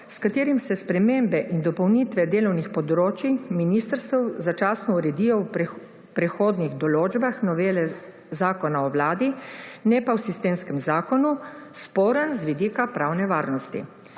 s katerim se spremembe in dopolnitve delovnih področij ministrstev začasno uredijo v prehodnih določbah novele Zakona o Vladi ne pa v sistemskem zakonu, sporen z vidika pravne varnosti.